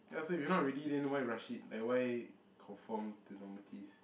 ya so if you're not ready then why rush it like why conform to normaties